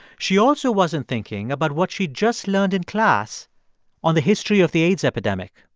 she also wasn't thinking about what she'd just learned in class on the history of the aids epidemic.